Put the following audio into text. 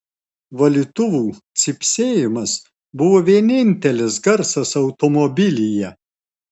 valytuvų cypsėjimas buvo vienintelis garsas automobilyje